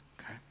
okay